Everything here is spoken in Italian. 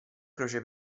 croce